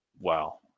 wow